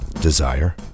desire